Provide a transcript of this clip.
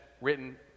written